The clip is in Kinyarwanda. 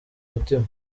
mutima